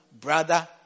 brother